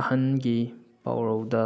ꯑꯍꯟꯒꯤ ꯄꯥꯎꯔꯧꯗ